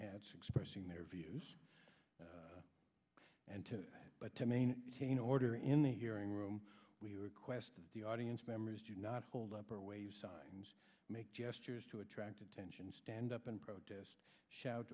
hats expressing their views and to but to maintain order in the hearing room we requested the audience members do not hold up or wave signs make gestures to attract attention stand up in protest shout